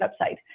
website